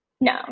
No